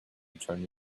return